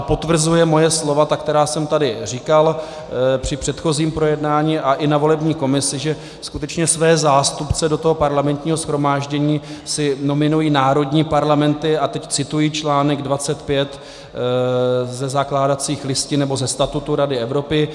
Potvrzuje moje slova, která jsem tady říkal při předchozím projednání i na volební komisi, že skutečně své zástupce do Parlamentního shromáždění si nominují národní parlamenty, a teď cituji článek 25 ze zakládacích listin, nebo ze statutu Rady Evropy: